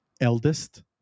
eldest